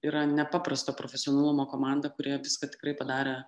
yra nepaprasto profesionalumo komanda kurie viską tikrai padarė